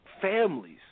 families